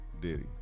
Diddy